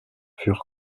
furent